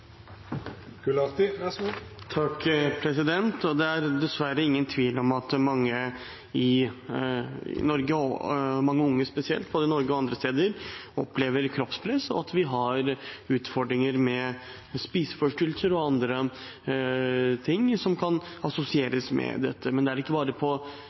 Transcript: Norge, og mange unge spesielt, både i Norge og andre steder, opplever kroppspress, og at vi har utfordringer med spiseforstyrrelser og andre ting som kan assosieres med dette. Men det er ikke bare gjennom reklame man kan bli utsatt for den typen kroppspress. Man ser det også på